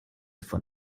von